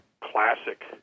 classic